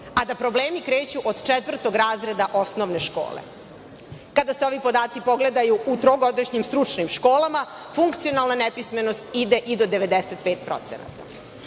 a da problemi kreću od četvrtog razreda osnovne škole. Kada se ovi podaci pogledaju u trogodišnjim stručnim školama, funkcionalna nepismenost ide i do